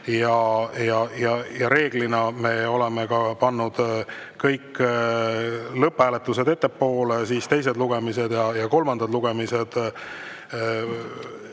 Ja reeglina me oleme pannud kõik lõpphääletused ettepoole, siis teised lugemised ja kolmandad lugemised.